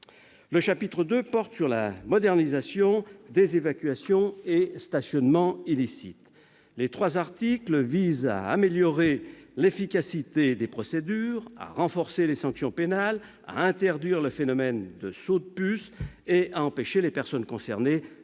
Le chapitre II a trait à la modernisation des évacuations et stationnements illicites. Ses trois articles visent à améliorer l'efficacité des procédures, à renforcer les sanctions pénales, à interdire le phénomène des « sauts de puces » et à empêcher les personnes concernées